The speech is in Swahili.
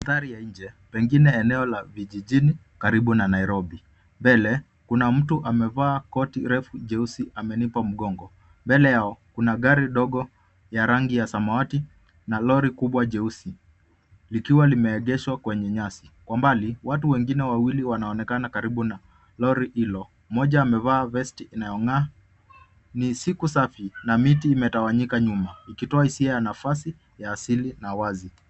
Mandhari ya nje, pengine eneo la vijijini karibu na Nairobi. Mbele kuna mtu amevaa koti refu jeusi amenipa mgongo. Mbele yao kuna gari dogo ya rangi ya samawati na lori kubwa jeusi likiwa limeegeshwa kwenye nyasi. Kwa mbali, watu wengine wawili wanaonekana karibu na lori hilo, mmoja amevaa vest inayong'aa. Ni siku safi na miti imetawanyika nyuma ikitoa hisia ya nafasi ya asili na wazi.